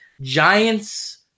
Giants